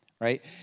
right